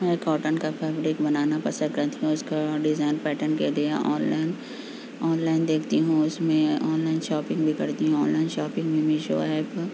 میں کاٹن کا فیبرک بنانا پسد کرتی ہوں اس کا ڈیزائن پیٹن کے لیے آن لائن آن لائن دیکھتی ہوں اس میں آن لائن شاپنگ بھی کرتی ہوں آن لائن شاپنگ میں میشو ایپ